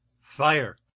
Fire